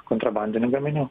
kontrabandinių gaminių